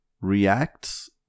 reacts